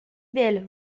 belle